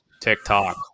TikTok